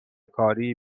کاری